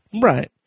right